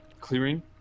clearing